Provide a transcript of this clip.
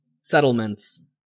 settlements